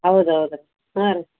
ಹೌದು ಹೌದು ಹಾಂ